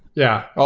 yeah, ah